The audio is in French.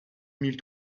mille